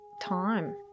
time